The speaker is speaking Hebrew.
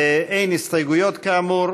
אין הסתייגויות, כאמור.